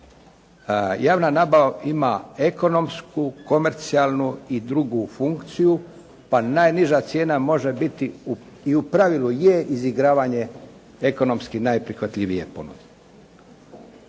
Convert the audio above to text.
Javna nabava ima ekonomsku, komercijalnu i drugu funkciju pa najniža cijena može biti i u pravilu je izigravanje ekonomski najprihvatljivije ponude